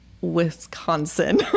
Wisconsin